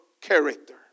character